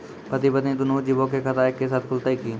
पति पत्नी दुनहु जीबो के खाता एक्के साथै खुलते की?